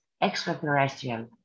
extraterrestrial